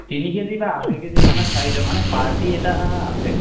তিনি K G বা আঢ়ৈ কে জিমানৰ চাইজৰ মানে পাৰ্টি এটা আছে